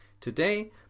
Today